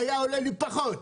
היה עולה לי פחות.